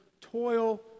toil